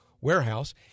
warehouse